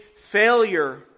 failure